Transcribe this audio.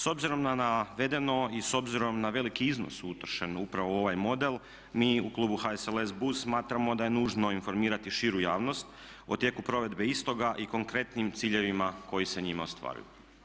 S obzirom na navedeno i s obzirom na veliki iznos utrošen upravo u ovaj model, mi u klubu HSLS BUZ smatramo da je nužno informirati širu javnost o tijeku provedbe istoga i konkretnim ciljevima koji se njime ostvaruju.